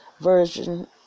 version